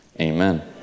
amen